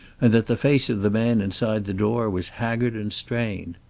and that the face of the man inside the door was haggard and strained.